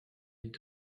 est